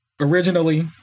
originally